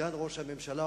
סגן ראש הממשלה,